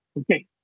Okay